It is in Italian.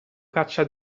caccia